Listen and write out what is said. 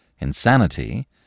insanity